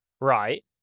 Right